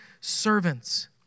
servants